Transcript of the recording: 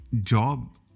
job